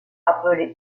appelé